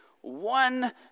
one